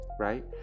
right